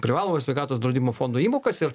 privalomojo sveikatos draudimo fondo įmokas ir